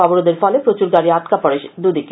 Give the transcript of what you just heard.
অবরোধের ফলে প্রচুর গাড়ি আটকে পড়ে দুদিকে